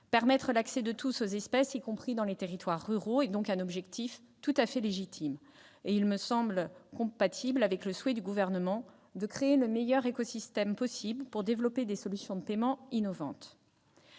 Permettre l'accès de tous aux espèces, y compris dans les territoires ruraux, est donc un objectif tout à fait légitime. Au reste, il me semble compatible avec le souhait du Gouvernement de créer le meilleur écosystème possible pour développer des solutions de paiement innovantes.